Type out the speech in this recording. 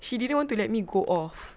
she didn't want to let me go off